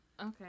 Okay